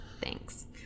Thanks